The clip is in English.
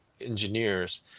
engineers